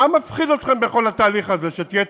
מה מפחיד אתכם בכל התהליך הזה, שתהיה תחרות?